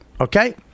Okay